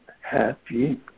happy